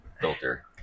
filter